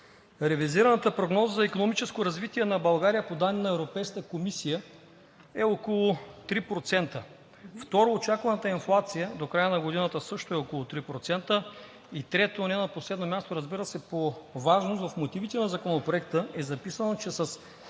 ревизираната прогноза за икономическо развитие на България по данни на Европейската комисия е около 3%. Второ, очакваната инфлация до края на годината също е около 3%. И трето, но не на последно място, разбира се, по важност – в мотивите на Законопроекта е записано, че